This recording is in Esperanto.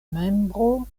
membro